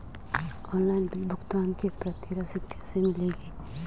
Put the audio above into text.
Online bill भुगतान के बाद प्रति रसीद कैसे मिलेगी?